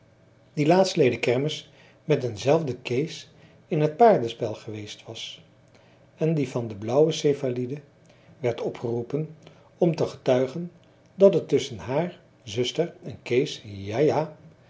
die laatstleden kermis met denzelfden kees in t paardespel geweest was en die van de blauwe céphalide werd opgeroepen om te getuigen dat het tusschen haar zuster en kees ja ja